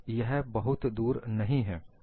यह बहुत दूर नहीं है